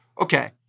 okay